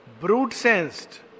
Brute-sensed